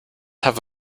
have